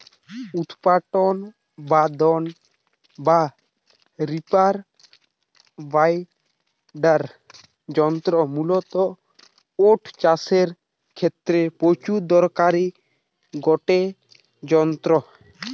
উৎপাটন বাঁধন বা রিপার বাইন্ডার যন্ত্র মূলতঃ ওট চাষের ক্ষেত্রে প্রচুর দরকারি গটে যন্ত্র